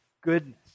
goodness